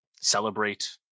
celebrate